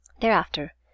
Thereafter